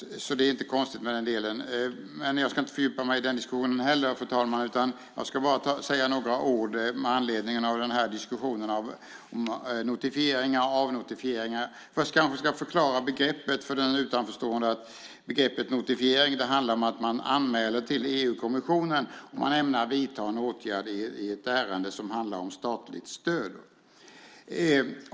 Jag ska inte fördjupa mig i den diskussionen heller, fru talman, utan jag ska bara säga några ord med anledning av diskussionen om notifieringar och avnotifieringar. Jag kanske ska förklara begreppet för de utanförstående. Begreppet notifiering handlar om att man anmäler till EU-kommissionen om man ämnar vidta en åtgärd i ett ärende som handlar om statligt stöd.